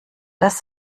das